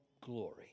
glory